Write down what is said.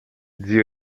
zio